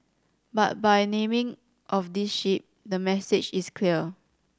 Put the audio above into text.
but by naming of this ship the message is clear